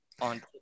on